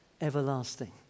everlasting